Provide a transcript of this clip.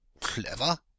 Clever